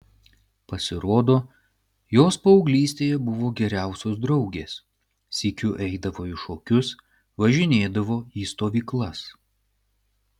pasirodo jos paauglystėje buvo geriausios draugės sykiu eidavo į šokius važinėdavo į stovyklas